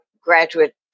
Graduate